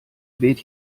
weht